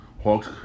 Hawks